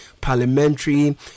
parliamentary